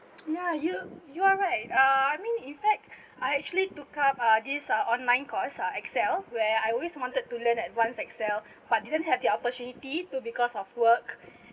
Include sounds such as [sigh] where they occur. ya you you are right uh I mean in fact I actually took up uh this uh online course uh Excel where I always wanted to learn advance Excel [breath] but didn't have the opportunity to because of work